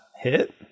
hit